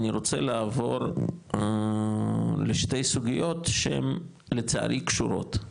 אני רוצה לעבור לשתי סוגיות שהם, לצערי, קשורות,